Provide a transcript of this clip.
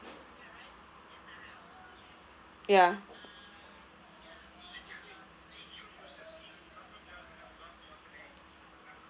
ya